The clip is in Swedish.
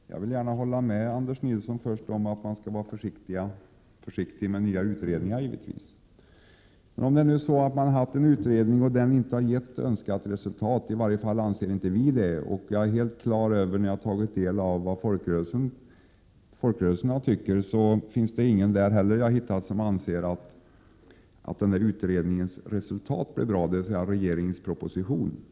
Herr talman! Först vill jag gärna hålla med Anders Nilsson om att man givetvis skall vara försiktig med nya utredningar. Man har gjort en utredning som inte har gett önskat resultat — i varje fall anser inte vi det. När jag har tagit del av vad folkrörelserna tycker, har jag inte heller där funnit någon som anser att utredningens resultat, dvs. regeringens proposition, blev bra.